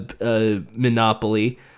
Monopoly